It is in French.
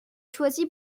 choisi